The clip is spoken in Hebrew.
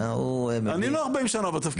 אני לא 40 שנה בתפקיד.